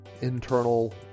internal